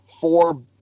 Four